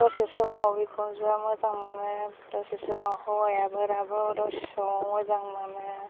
दसे समाव बिखुनजोआ मोजां मोनो दसे समाव हौवाया बोराबो दसे समाव मोजां मोनो